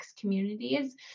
communities